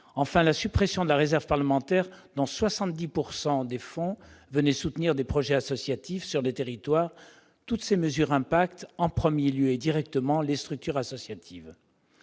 enfin la suppression de la réserve parlementaire, dont 70 % des fonds venaient soutenir des projets associatifs dans les territoires, toutes ces mesures frappent en premier lieu, et directement, les structures associatives.